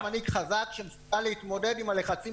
רק מנהיג חזק שמסוגל להתמודד עם הלחצים